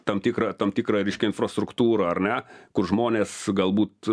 tam tikrą tam tikrą reiškia infrastruktūrą ar ne kur žmonės galbūt